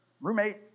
roommate